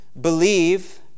believe